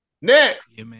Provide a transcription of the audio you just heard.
Next